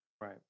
Right